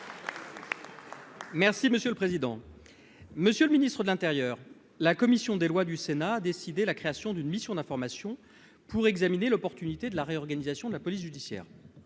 et Républicain. Monsieur le ministre de l'intérieur, la commission des lois du Sénat a décidé la création d'une mission d'information pour examiner l'opportunité de la réorganisation de la police judiciaire